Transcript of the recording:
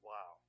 Wow